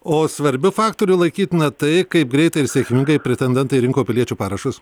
o svarbiu faktoriu laikytina tai kaip greitai ir sėkmingai pretendentai rinko piliečių parašus